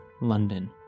London